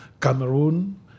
Cameroon